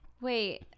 Wait